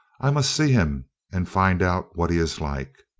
i must see him and find out what he is like.